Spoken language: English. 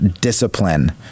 discipline